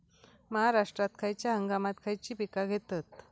महाराष्ट्रात खयच्या हंगामांत खयची पीका घेतत?